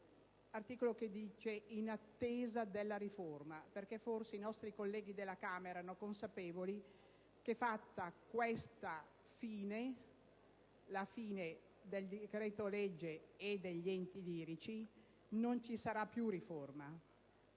in cui si diceva «in attesa della riforma», perché, forse, i nostri colleghi della Camera erano consapevoli che, giunti a questa fine, alla fine dell'esame del decreto-legge e degli enti lirici, non ci sarà più riforma.